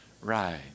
Right